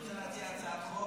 אני רוצה להציע הצעת חוק: